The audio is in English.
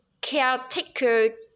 caretaker